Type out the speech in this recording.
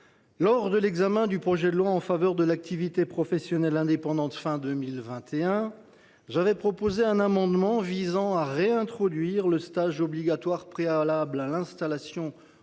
lors de l’examen du projet de loi en faveur de l’activité professionnelle indépendante à la fin de l’année 2021, j’ai proposé un amendement visant à réintroduire le stage obligatoire de préparation à l’installation pour les